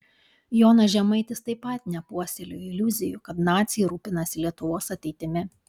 jonas žemaitis taip pat nepuoselėjo iliuzijų kad naciai rūpinasi lietuvos ateitimi